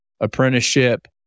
apprenticeship